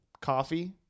coffee